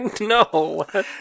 No